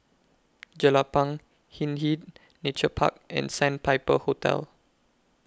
Jelapang Hindhede Nature Park and Sandpiper Hotel